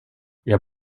jag